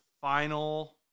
final